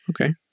Okay